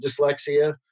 dyslexia